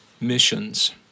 missions